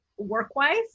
work-wise